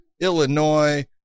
Illinois